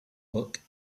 book